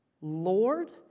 Lord